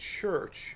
church